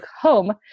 home